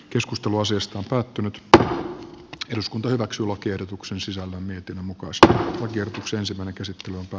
keskustelu asiasta päättänyt että jos kunta otaksulakiehdotuksen sisällön mietinnön mukaan sota on yrityksensä pelkäsit luonto